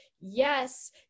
Yes